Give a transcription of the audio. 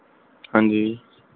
ਹਾਂਜੀ